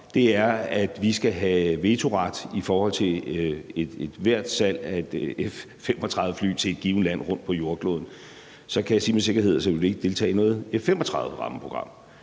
er, at vi skal have vetoret i forhold til ethvert salg af et F-35-fly til et givent land rundt på jordkloden, så kan jeg sige med sikkerhed, at vi ikke ville deltage i noget F-35-rammeprogram.